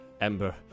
Ember